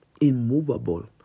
immovable